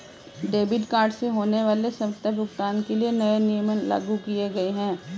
debit card से होने वाले स्वतः भुगतान के लिए नए नियम लागू किये गए है